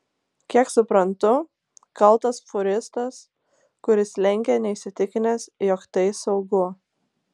kiek suprantu kaltas fūristas kuris lenkė neįsitikinęs jog tai saugu